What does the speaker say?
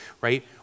right